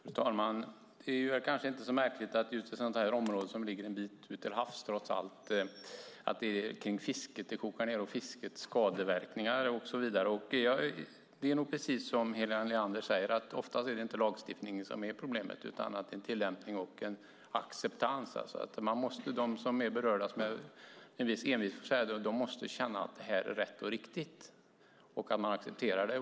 Fru talman! Det är kanske inte så märkligt att det i en fråga om just ett område som trots allt ligger en bit ut till havs kokar ned till fiskets skadeverkningar. Det är nog precis som Helena Leander säger, att oftast är det inte lagstiftningen som är problemet utan tillämpningen och acceptansen. De som är berörda måste känna att det här är rätt och riktigt och acceptera det.